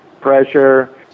pressure